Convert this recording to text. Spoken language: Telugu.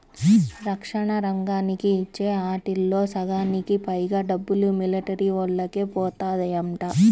రక్షణ రంగానికి ఇచ్చే ఆటిల్లో సగానికి పైగా డబ్బులు మిలిటరీవోల్లకే బోతాయంట